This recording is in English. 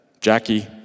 Jackie